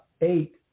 eight